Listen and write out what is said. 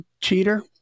Cheater